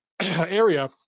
area